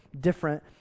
different